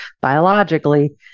biologically